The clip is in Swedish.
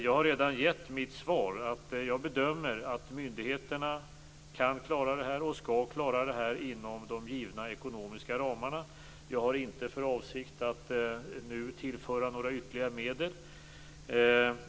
Jag har redan gett svaret att min bedömning är att myndigheterna kan och skall klara av det här inom de givna ekonomiska ramarna. Jag har inte för avsikt att nu tillföra några ytterligare medel.